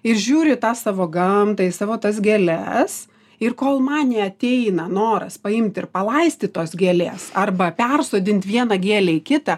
ir žiūriu į tą savo gamtą į savo tas gėles ir kol man neateina noras paimt ir palaistyt tos gėlės arba persodint vieną gėlę į kitą